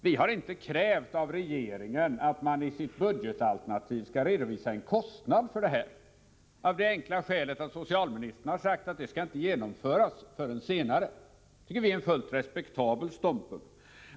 Vi har inte krävt av regeringen att man i sitt budgetalternativ skall redovisa en kostnad för detta, av det enkla skälet att socialministern har sagt att det inte skall genomföras förrän senare. Det tycker vi är en fullt respektabel ståndpunkt.